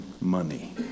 money